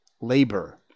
labor